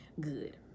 good